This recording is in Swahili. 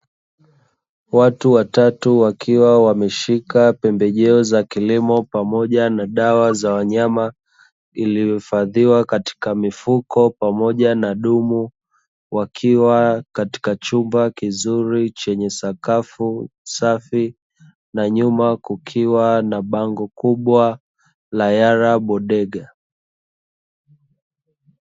Watu watatu wakiwa wameshika pembejeo za kilimo pamoja na dawa za wanyama, iliyohifadhiwa katika mifuko pamoja na dumu. Wakiwa katika chumba kizuri chenye sakafu safi, na nyuma kukiwa na bango kubwa la "yarabodega".